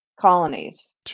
colonies